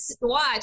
watch